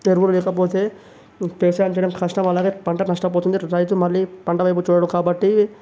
ఎరువు లేకపోతే వ్యవసాయం చేయడం కష్టం అలానే పంట నష్టపోతుంది రైతు మళ్లీ పంట వైపు చూడడు కాబట్టి